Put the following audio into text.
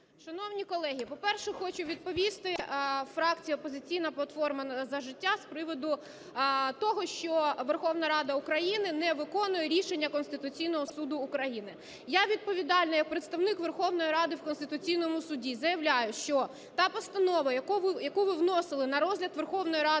Шановні колеги, по-перше, хочу відповісти фракції "Опозиційна платформа - За життя" з приводу того, що Верховна Рада України не виконує рішення Конституційного Суду України. Я відповідально як Представник Верховної Ради в Конституційному Суді заявляю, що та постанова, яку ви вносили на розгляд Верховної Ради